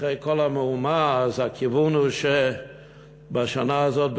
אחרי כל המהומה הכיוון הוא שבשנה הזאת,